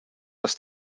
das